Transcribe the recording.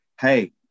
hey